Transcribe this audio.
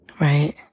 right